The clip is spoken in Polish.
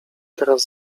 teraz